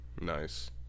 Nice